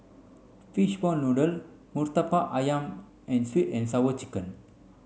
fishball noodle Murtabak Ayam and sweet and sour chicken